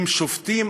אם שופטים,